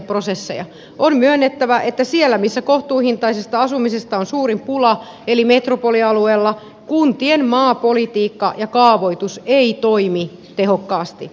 on myönnettävä että siellä missä kohtuuhintaisesta asumisesta on suurin pula eli metropolialueella kuntien maapolitiikka ja kaavoitus eivät toimi tehokkaasti